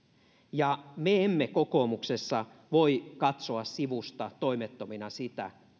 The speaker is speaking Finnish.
tilanteessa me emme kokoomuksessa voi katsoa sivusta toimettomina sitä